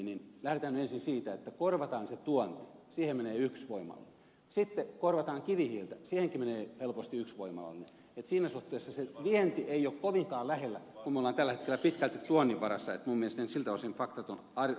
lähdetään nyt ensin siitä että korvataan se tuonti siihen menee yksi voimala sitten korvataan kivihiiltä siihenkin menee helposti yksi voimala niin että siinä suhteessa se vienti ei ole kovinkaan lähellä kun me olemme tällä hetkellä pitkälti tuonnin varassa että minun mielestäni siltä osin faktat ovat harvinaisen selviä